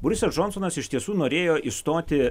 borisas džonsonas iš tiesų norėjo išstoti